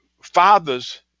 fathers